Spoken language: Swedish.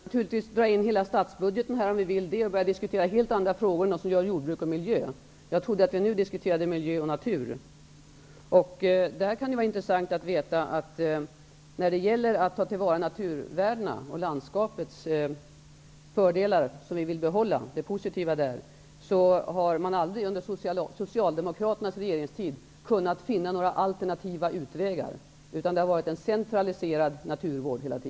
Herr talman! Vi kan naturligtvis dra in hela statsbudgeten här och börja diskutera helt andra frågor än dem som berör jordbruk och miljö. Jag trodde att vi nu diskuterade miljö och natur. Det kan vara intressant att veta att Socialdemokraterna under sin regeringstid aldrig kunde finna några alternativa utvägar när det gällde att ta till vara naturvärdena och landskapets fördelar. Det har hela tiden varit en centraliserad naturvård.